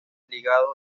ligado